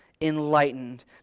enlightened